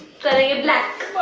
it black